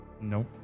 No